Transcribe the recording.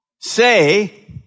say